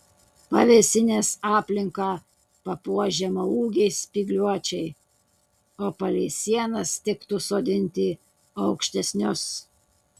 pavėsinės aplinką papuoš žemaūgiai spygliuočiai o palei sienas tiktų sodinti aukštesnius